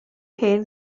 hen